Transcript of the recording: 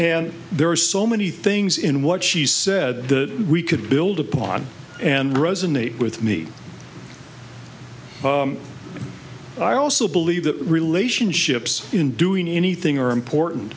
and there are so many things in what she said that we could build upon and resonate with me i also believe that relationships in doing anything are important